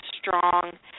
strong